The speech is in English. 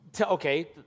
okay